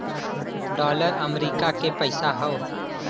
dollar अमरीका के पइसा हौ